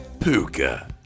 Puka